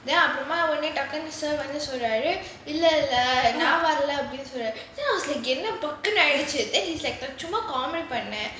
அப்புறமா:appuramaa sir வந்து சொல்றாரு இல்ல இல்ல நான் வரலன்னு:vanthu solraaru illa illa naan varalanu then I was like எனக்கு பக்குனு ஆயிடுச்சு:enakku bakkunu aayiduchu then he's like சும்மா:chumma comedy பண்ணேன்:pannaen